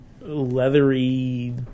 leathery